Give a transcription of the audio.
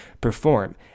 perform